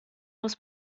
muss